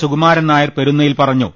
സുകുമാരൻനായർ പെരുന്നയിൽ പറഞ്ഞു